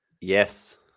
Yes